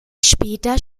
später